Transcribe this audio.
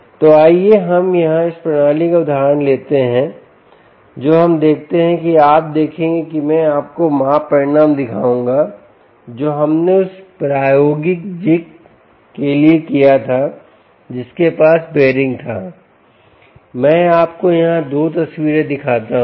तो आइए हम यहां इस प्रणाली का उदाहरण लेते हैं जो हम देखते हैं कि आप देखेंगे कि मैं आपको माप परिणाम दिखाऊंगा जो हमने उस प्रायोगिक जिग के लिए किया था जिसका पास बेयरिंग था मैं यहाँ आपको 2 तस्वीरें दिखाता हूं